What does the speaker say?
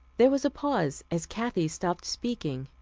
there was a pause as kathy stopped speaking.